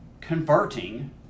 converting